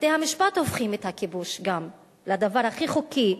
בתי-המשפט הופכים את הכיבוש גם לדבר הכי חוקי.